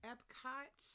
Epcot